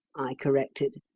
i corrected.